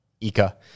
Ika